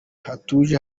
hatuje